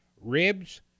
ribs